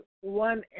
one